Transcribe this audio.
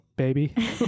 baby